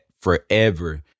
forever